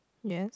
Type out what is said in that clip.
yes